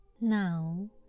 now